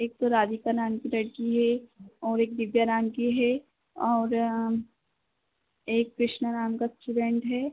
एक तो राधिका नाम की लड़की है और एक दिव्या नाम की है और एक कृष्णा नाम का स्टूडेंट है